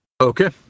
Okay